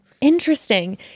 Interesting